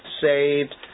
saved